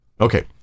Okay